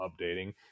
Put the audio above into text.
updating